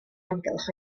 hamgylch